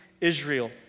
Israel